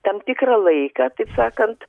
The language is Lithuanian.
tam tikrą laiką taip sakant